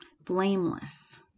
blameless